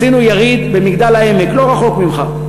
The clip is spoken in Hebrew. עשינו יריד במגדל-העמק, לא רחוק ממך.